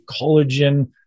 collagen